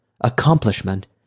accomplishment